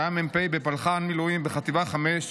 שהיה מ"פ בפלח"הן מילואים בחטיבה 5,